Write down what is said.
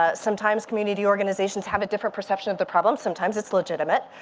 ah sometimes community organizations have a different perception of the problem. sometimes it's legitimate.